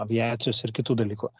aviacijos ir kitų dalykų